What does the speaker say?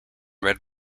red